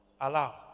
Allow